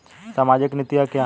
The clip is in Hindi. सामाजिक नीतियाँ क्या हैं?